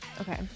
Okay